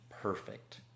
perfect